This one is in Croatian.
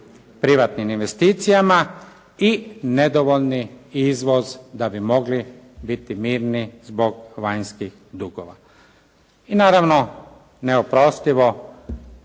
privatnim investicijama i nedovoljni izvoz da bi mogli biti mirni zbog vanjskih dugova. I naravno neoprostivo,